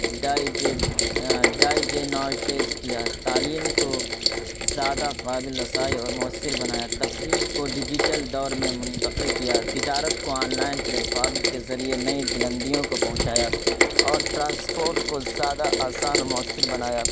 Digene ڈائجیناٹیز کیا تعلیم کو زیادہ قابل رسائی اور مؤثر بنایا تفریح کو ڈیجیٹل دور میں منتقل کیا تجارت کو آن لائن پلیٹفارمز کے ذریعے نئی بلندیوں کو پہنچایا اور ٹرانسفورٹ کو زیادہ آسان اور مؤثر بنایا